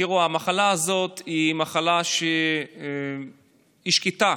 תראו, המחלה הזאת היא מחלה שהיא שקטה,